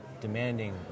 demanding